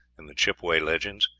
in the chippeway legends,